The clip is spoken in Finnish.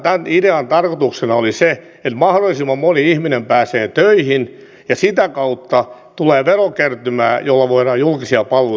tämän idean tarkoituksena oli se että mahdollisimman moni ihminen pääsee töihin ja sitä kautta tulee verokertymää jolla voidaan julkisia palveluita rahoittaa